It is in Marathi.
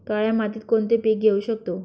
काळ्या मातीत कोणती पिके घेऊ शकतो?